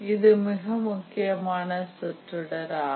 இது மிக முக்கியமான சொற்றொடர் ஆகும்